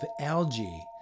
algae